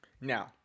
Now